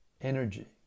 energy